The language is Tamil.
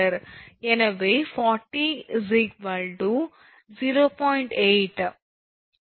எனவே 40 0